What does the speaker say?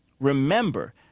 Remember